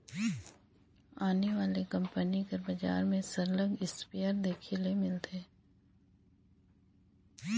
आने आने कंपनी कर बजार में सरलग इस्पेयर देखे ले मिलथे